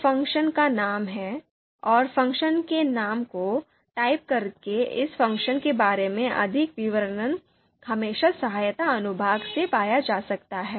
यह फ़ंक्शन का नाम है और फ़ंक्शन के नाम को टाइप करके इस फ़ंक्शन के बारे में अधिक विवरण हमेशा सहायता अनुभाग से पाया जा सकता है